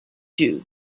you